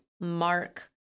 Mark